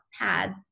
pads